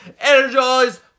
Energized